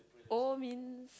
O means